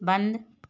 बंद